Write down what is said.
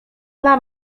dla